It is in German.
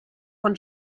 von